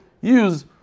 use